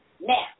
Now